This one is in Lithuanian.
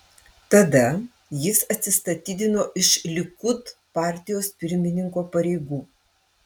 tada jis atsistatydino iš likud partijos pirmininko pareigų